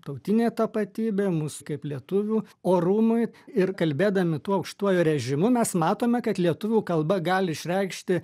tautinė tapatybė mūs kaip lietuvių orumui ir kalbėdami tuo aukštuoju režimu mes matome kad lietuvių kalba gali išreikšti